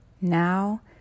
Now